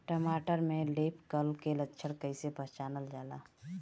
टमाटर में leaf curl के लक्षण कइसे पहचानल जाला?